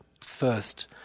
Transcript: first